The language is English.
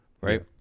right